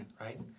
Right